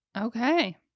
okay